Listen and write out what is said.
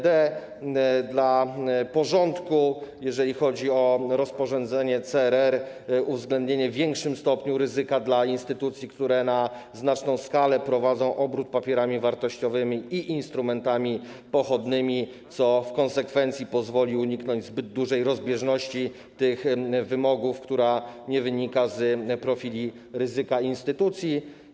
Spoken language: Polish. Dla porządku, w przypadku rozporządzenia CRR chodzi o uwzględnienie w większym stopniu ryzyka dla instytucji, które na znaczną skalę prowadzą obrót papierami wartościowymi i instrumentami pochodnymi, co w konsekwencji pozwoli uniknąć zbyt dużej rozbieżności w przypadku tych wymogów, która nie wynika z profili ryzyka instytucji.